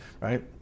right